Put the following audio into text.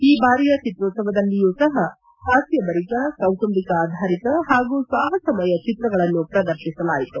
ಈ ಬಾರಿಯ ಚಿತ್ರೋತ್ಸವದಲ್ಲಿಯು ಸಪ ಪಾಸ್ಕಬರಿತ ಕೌಟುಂಬಿಕ ಆಧಾರಿತ ಹಾಗೂ ಸಾಹಸಮಯ ಚಿತ್ರಗಳನ್ನು ಪ್ರದರ್ಶಿಸಲಾಯಿತು